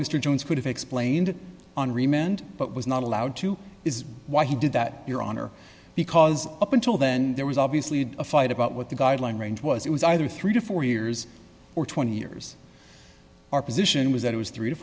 mr jones could have explained on remand but was not allowed to is why he did that your honor because up until then there was obviously a fight about what the guideline range was it was either three to four years or twenty years our position was that it was three to